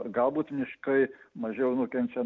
galbūt miškai mažiau nukenčia